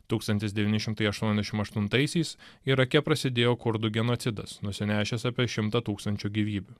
tūkstantis devyni šimtai aštuoniasdešimt aštuntaisiais irake prasidėjo kurdų genocidas nusinešęs apie šimtą tūkstančių gyvybių